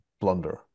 blunder